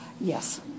Yes